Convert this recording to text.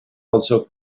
also